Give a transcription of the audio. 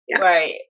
right